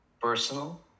personal